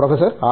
professor R